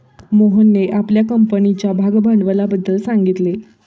मोहनने आपल्या कंपनीच्या भागभांडवलाबद्दल सांगितले